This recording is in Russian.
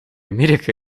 америка